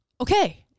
okay